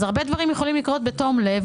הרבה דברים יכולים לקרות בתום-לב.